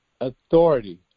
authority